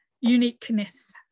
uniqueness